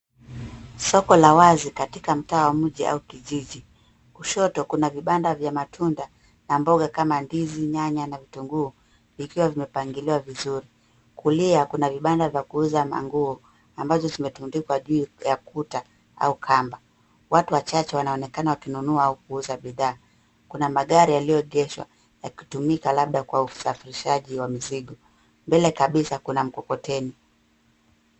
Soko la wazi katika mtaa wa mji au kijiji. Kushoto kuna vibanda vya matunda na mboga kama ndizi, nyanya na vitunguu, vikiwa vimepangiliwa vizuri. Kulia kuna vibanda vya kuuza manguo, ambazo zimetundikwa juu ya kuta au kamba. Watu wachache wanaonekana wakinunua au kuuza bidhaa. Kuna magari yaliyogeshwa yakitumika labda kwa usafirishaji wa mzigo. Mbele kabisa kuna mkokoteni.